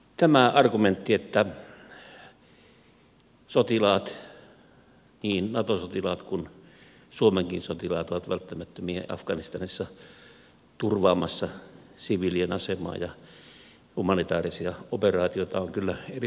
tämä argumentti että sotilaat niin nato sotilaat kuin suomenkin sotilaat ovat välttämättömiä afganistanissa turvaamassa siviilien asemaa ja humanitäärisiä operaatioita on kyllä erittäin kyseenalainen